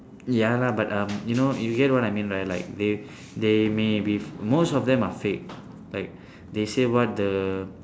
ya lah but um you know you get what I mean right like they they may be most of them are fake like they say what the